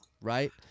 Right